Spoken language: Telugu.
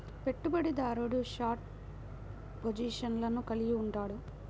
పెట్టుబడిదారుడు షార్ట్ పొజిషన్లను కలిగి ఉంటాడు